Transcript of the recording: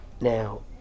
now